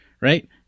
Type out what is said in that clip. Right